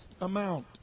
amount